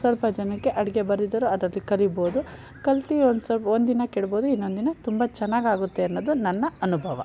ಸ್ವಲ್ಪ ಜನಕ್ಕೆ ಅಡುಗೆ ಬರದಿದ್ದೋರು ಅದರಲ್ಲಿ ಕಲಿಬೋದು ಕಲ್ತು ಒಂದು ಸ್ವಲ್ಪ ಒಂದಿನ ಕೆಡಬೋದು ಇನ್ನೊಂದಿನ ತುಂಬ ಚೆನ್ನಾಗಾಗುತ್ತೆ ಅನ್ನೋದು ನನ್ನ ಅನುಭವ